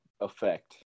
effect